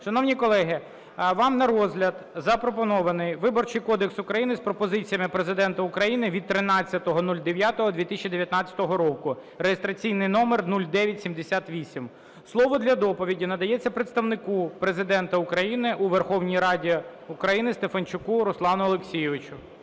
Шановні колеги, вам на розгляд запропонований Виборчий кодекс України з пропозиціями Президента України від 13.09.2019 року (реєстраційний номер 0978). Слово для доповіді надається Представнику Президента України у Верховній Раді України Стефанчуку Руслану Олексійовичу.